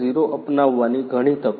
0 અપનાવવાની ઘણી તકો છે